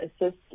assist